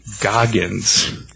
Goggins